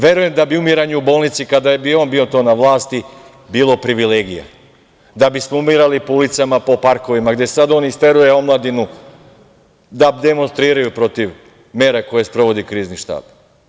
Verujem da bi umiranje u bolnici kada bi on bio na vlasti, bilo privilegija, da bi smo umirali po ulicama, po parkovima, gde sada on isteruje omladinu da demonstriraju protiv mera koje sprovodi Krizni štab.